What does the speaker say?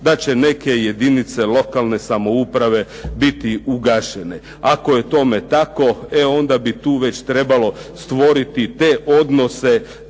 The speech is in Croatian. da će neke jedinice lokalne samouprave biti ugašene, ako je tome tako onda bi tu već trebalo stvoriti te odnose